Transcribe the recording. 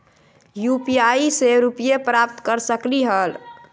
UPI से रुपए प्राप्त कर सकलीहल?